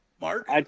Mark